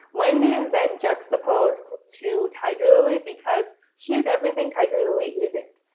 wendy is then juxtaposed to tiger lily because she is everything tiger lily isn't.